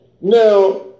now